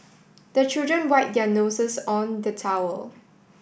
the children wipe their noses on the towel